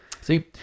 See